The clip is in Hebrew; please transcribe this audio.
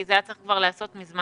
זה היה כבר צריך להיעשות מזמן.